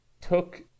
took